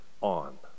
on